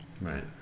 Right